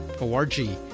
O-R-G